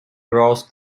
grows